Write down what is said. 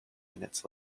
minutes